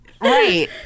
Right